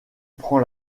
prend